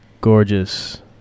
gorgeous